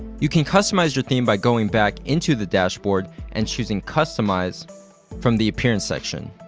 you can customize your theme by going back into the dashboard and choosing customize from the appearance section.